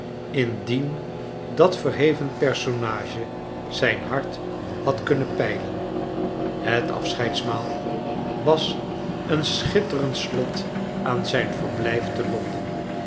indien dat verheven personage zijn hart had kunnen peilen het afscheidsmaal was een schitterend slot aan zijn verblijf te london